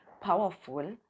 powerful